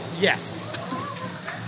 Yes